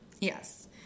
yes